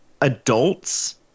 adults